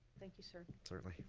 thank you, sir. certainly.